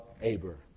Abraham